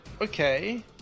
Okay